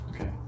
Okay